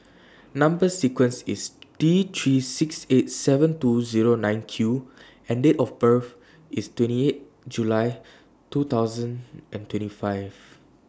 Number sequence IS T three six eight seven two Zero nine Q and Date of birth IS twenty eight July two thousand and twenty five